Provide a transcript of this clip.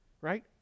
Right